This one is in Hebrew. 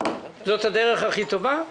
זאת הדרך הכי טובה?